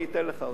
אני אתן לך אותו.